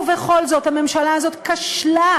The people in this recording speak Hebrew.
ובכל זאת, הממשלה הזאת כשלה,